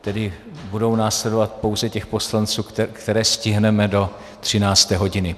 tedy budou následovat pouze těch poslanců, které stihneme do 13. hodiny.